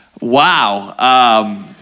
Wow